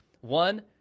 One